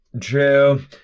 True